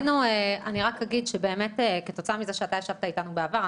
אני רק אגיד שבאמת כתוצאה מזה שאתה ישבת איתנו בעבר,